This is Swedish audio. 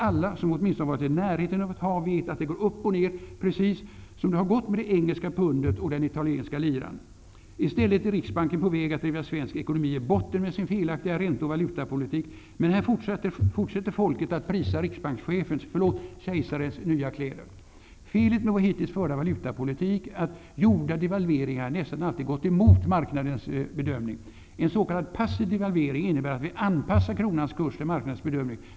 Alla som åtminstone har varit i närheten av ett hav vet att det går upp och ner, precis som det har gått med det engelska pundet och den italienska liran. I stället är Riksbanken på väg att driva svensk ekonomi i botten med sin felaktiga ränte och valutapolitik. Men här fortsätter folket att prisa riksbankschefens, förlåt, kejsarens, nya kläder. Felet med vår hittills förda valutapolitik är att gjorda devalveringar nästan alltid gått emot marknadens bedömning. En s.k. passiv devalvering innebär att vi anpassar kronans kurs till marknadens bedömning.